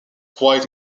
quite